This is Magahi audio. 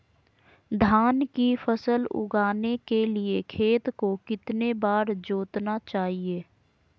धान की फसल उगाने के लिए खेत को कितने बार जोतना चाइए?